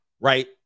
Right